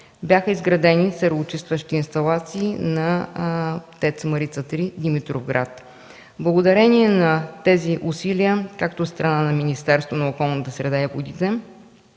Бяха изградени сероочистващи инсталации на ТЕЦ „Марица 3” – Димитровград. Благодарение на тези усилия, както от страна на Министерството на околната